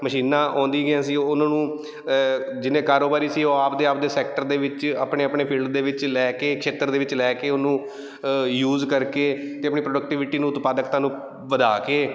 ਮਸ਼ੀਨਾਂ ਆਉਂਦੀ ਗਈਆਂ ਸੀ ਉਹਨਾਂ ਨੂੰ ਜਿੰਨੇ ਕਾਰੋਬਾਰੀ ਸੀ ਉਹ ਆਪਦੇ ਆਪਦੇ ਸੈਕਟਰ ਦੇ ਵਿੱਚ ਆਪਣੇ ਆਪਣੇ ਫੀਲਡ ਦੇ ਵਿੱਚ ਲੈ ਕੇ ਖੇਤਰ ਦੇ ਵਿੱਚ ਲੈ ਕੇ ਉਹਨੂੰ ਯੂਜ ਕਰਕੇ ਅਤੇ ਆਪਣੀ ਪ੍ਰੋਡਕਟੀਵਿਟੀ ਨੂੰ ਉਤਪਾਦਕਤਾ ਨੂੰ ਵਧਾ ਕੇ